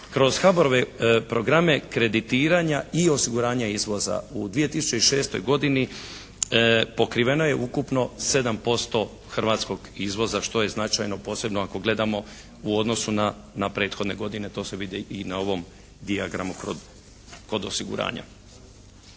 Kroz HBOR-ove programe kreditiranja i osiguranja izvoza u 2006. godini pokriveno je ukupno 7% hrvatskog izvoza, što je značajno posebno ako gledamo u odnosu na prethodne godine. To se vidi i na ovom dijagramu kod osiguranja.